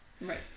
Right